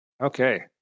Okay